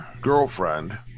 girlfriend